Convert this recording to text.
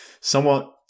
somewhat